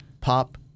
pop